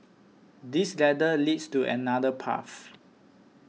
this ladder leads to another path